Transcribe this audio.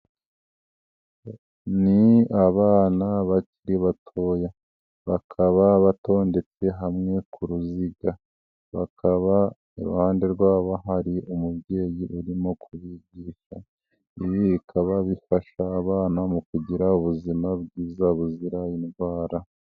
Ni abana bakiri batoya Bakaba batondetse hamwe k'uruziga. Bakaba iruhande rwabo hari umubyeyi urimo kubigisha. Ibi bikaba bifasha abana mu kugira ubuzima bwiza buzira indwara.